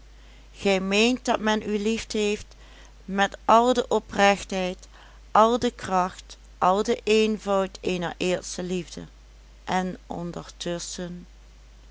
gij meent dat men u liefheeft met al de oprechtheid al de kracht al den eenvoud eener eerste liefde en